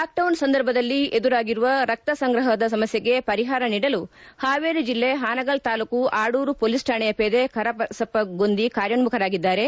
lockdown ಸಂದರ್ಭದಲ್ಲಿ ಎದುರಾಗಿರುವ ರಕ್ತ ಸಂಗ್ರಹದ ಸಮಸ್ಕೆಗೆ ಪರಿಹಾರ ನೀಡಲು ಹಾವೇರಿ ಜಿಲ್ಲೆ ಪಾನಗಲ್ ತಾಲ್ಲೂಕು ಆಡೂರು ಪೊಲೀಸ್ ಕಾಣೆಯ ಪೇದೆ ಕರಬಸಪ್ಪ ಗೊಂದಿ ಕಾರ್ಯೋನ್ಮಖರಾಗಿದ್ದಾರೆ